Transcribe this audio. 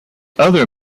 other